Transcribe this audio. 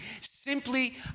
Simply